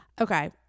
Okay